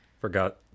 forgot